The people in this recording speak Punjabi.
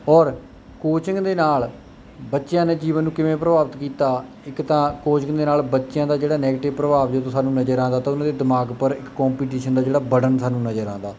ਔਰ ਕੋਚਿੰਗ ਦੇ ਨਾਲ ਬੱਚਿਆਂ ਦੇ ਜੀਵਨ ਨੂੰ ਕਿਵੇਂ ਪ੍ਰਭਾਵਿਤ ਕੀਤਾ ਇੱਕ ਤਾਂ ਕੋਚਿੰਗ ਦੇ ਨਾਲ ਬੱਚਿਆਂ ਦਾ ਜਿਹੜਾ ਨੈਗੇਟਿਵ ਪ੍ਰਭਾਵ ਜਦੋਂ ਸਾਨੂੰ ਨਜ਼ਰ ਆਉਂਦਾ ਤਾਂ ਉਹਨਾਂ ਦੇ ਦਿਮਾਗ ਪਰ ਇੱਕ ਕੰਪੀਟੀਸ਼ਨ ਦਾ ਜਿਹੜਾ ਬਟਨ ਸਾਨੂੰ ਨਜ਼ਰ ਆਉਂਦਾ